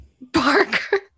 Barker